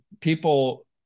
people